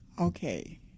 Okay